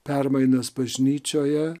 permainas bažnyčioje